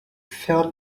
felt